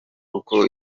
kuko